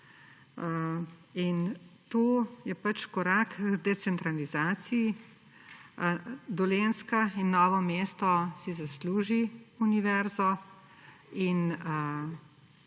In to je korak k decentralizaciji. Dolenjska in Novo mesto si zasluži univerzo.